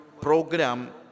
program